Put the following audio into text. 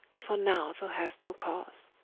for now thou hast no cause